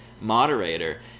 moderator